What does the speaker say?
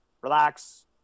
Relax